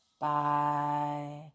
Bye